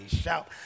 shout